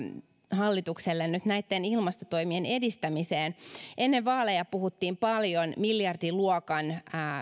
hallitukselle nyt näitten ilmastotoimien edistämiseen ennen vaaleja puhuttiin paljon miljardiluokan